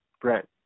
Brett